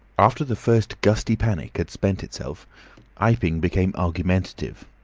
after the first gusty panic had spent itself iping became argumentative.